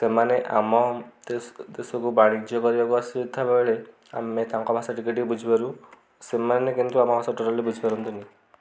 ସେମାନେ ଆମ ଦେଶକୁ ବାଣିଜ୍ୟ କରିବାକୁ ଆସୁଥିବା ବେଳେ ଆମେ ତାଙ୍କ ଭାଷା ଟିକେ ଟିକେ ବୁଝିପାରୁ ସେମାନେ କିନ୍ତୁ ଆମ ଭାଷା ଟୋଟାଲି ବୁଝିପାରନ୍ତନି